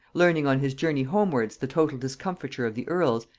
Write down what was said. learning on his journey homewards the total discomfiture of the earls,